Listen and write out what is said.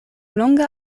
longa